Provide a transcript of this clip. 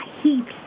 heaps